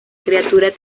criatura